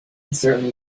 certainly